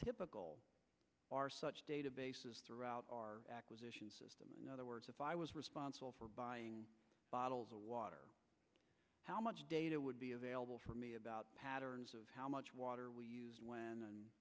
typical are such databases throughout our acquisition system in other words if i was responsible for buying bottles of water how much data would be available for me about patterns of how much water we